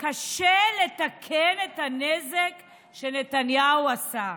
קשה לתקן את הנזק שנתניהו עשה,